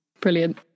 Brilliant